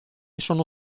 sono